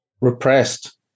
repressed